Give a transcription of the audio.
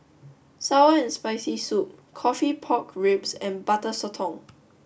Sour and Spicy Soup Coffee Pork Ribs and Butter Sotong